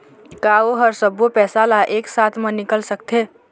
का ओ हर सब्बो पैसा ला एक साथ म निकल सकथे?